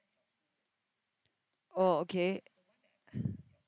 oh okay